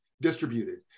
distributed